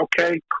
Okay